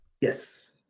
Yes